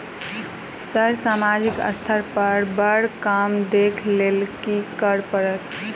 Sir सामाजिक स्तर पर बर काम देख लैलकी करऽ परतै?